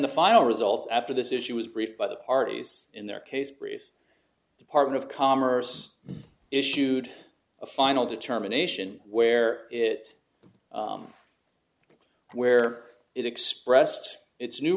the final result after this issue was briefed by the parties in their case briefs department of commerce issued a final determination where it where it expressed its new